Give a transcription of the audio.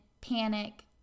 panic